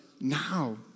Now